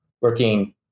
working